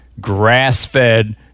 grass-fed